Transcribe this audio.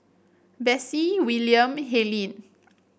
Besse Wiliam Helyn